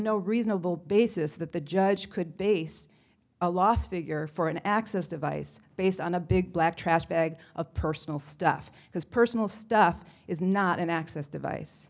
no reasonable basis that the judge could base a loss figure for an access device based on a big black trash bag of personal stuff because personal stuff is not an access device